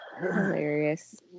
Hilarious